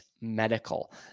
Medical